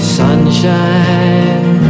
sunshine